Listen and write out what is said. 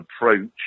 approach